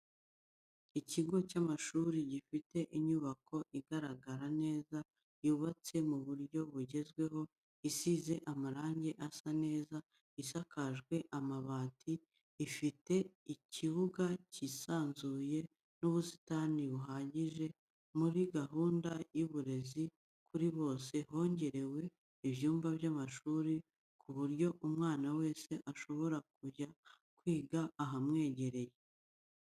Ikigo cy'amashuri gifite inyubako igaragara neza yubatse mu buryo bugezweho isize amarange asa neza isakajwe amabati, ifite ikibuga cyisanzuye n'ubusitani buhagije, muri gahunda y'uburezi kuri bose hongerewe ibyumba by'amashuri ku buryo umwana wese ashobora kujya kwiga ahamwegereye.